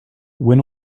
when